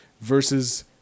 Versus